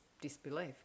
disbelief